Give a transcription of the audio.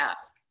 ask